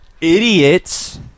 idiots